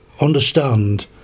understand